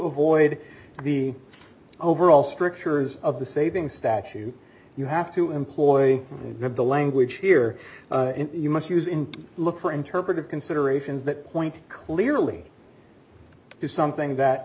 avoid the overall strictures of the saving statue you have to employ the language here you must use in to look for interpretive considerations that point clearly do something that